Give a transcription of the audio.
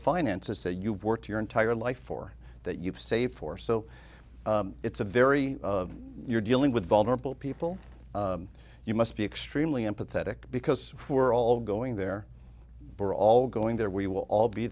finances say you've worked your entire life or that you've saved for so it's a very you're dealing with vulnerable people you must be extremely empathetic because we're all going there we're all going there we will all be